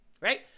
right